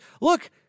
look